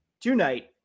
tonight